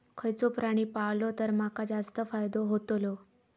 खयचो प्राणी पाळलो तर माका जास्त फायदो होतोलो?